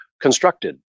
constructed